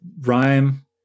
rhyme